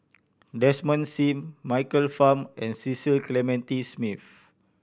Desmond Sim Michael Fam and Cecil Clementi Smith